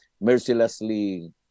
mercilessly